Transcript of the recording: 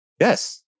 Yes